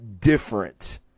different